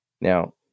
Now